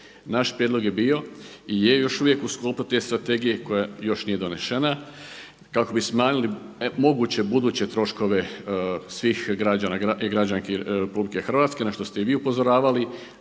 Naš prijedlog je bio i je još uvijek u sklopu te strategije koja još nije donesena, kako bi smanjili moguće buduće troškove svih građana i građanki RH na što ste i vi upozoravali